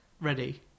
ready